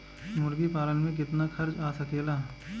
मुर्गी पालन में कितना खर्च आ सकेला?